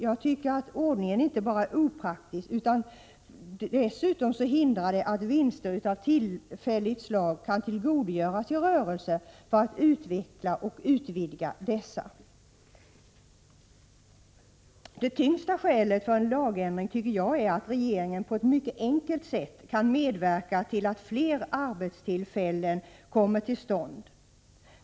Jag tycker att ordningen inte bara är opraktisk, utan dessutom hindrar den att vinster av tillfälligt slag kan tillgodogöras rörelsen för att utveckla och utvidga denna. Det tyngsta skälet för en lagändring anser jag vara att regeringen på ett mycket enkelt sätt kan medverka till att fler arbetstillfällen kommer till stånd.